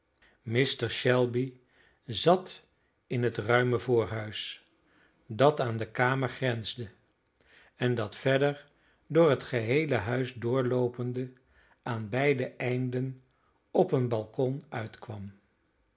mr shelby zat in het ruime voorhuis dat aan de kamer grensde en dat verder door het geheele huis doorloopende aan beide einden op een balkon uitkwam